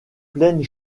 pleine